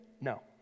no